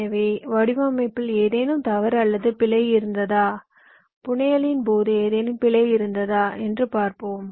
எனவே வடிவமைப்பில் ஏதேனும் தவறு அல்லது பிழை இருந்ததா புனையலின் போது ஏதேனும் பிழை இருந்ததா என்று பார்ப்போம்